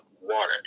water